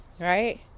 Right